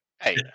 hey